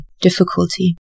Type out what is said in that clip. difficulty